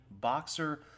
boxer